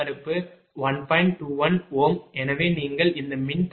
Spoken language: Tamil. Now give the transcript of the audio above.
21 எனவே நீங்கள் இந்த மின்தடையத்தை ZB1